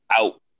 out